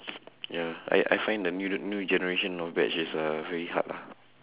ya I I find the new new generation of batch is a very hard lah